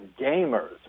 gamers